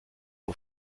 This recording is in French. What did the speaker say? aux